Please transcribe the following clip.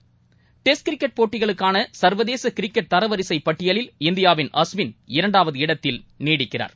cricket test போட்டிகளுக்கானசா்வதேசகிரிக்கெட் தரவரிசைபட்டியலில் இந்தியாவின் அஸ்வின் இரண்டாவது இடத்தில் நீடிக்கிறார்